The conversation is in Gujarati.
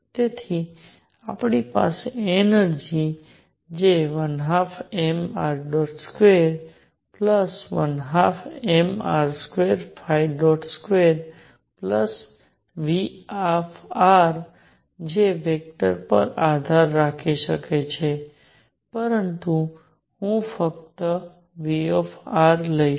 તેથી આપણી પાસે એનર્જિ છે જે 12mr212mr22V જે વેક્ટર પર જ આધાર રાખી શકે છે પરંતુ હું ફક્ત Vr લઈશ